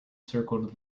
circled